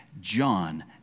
John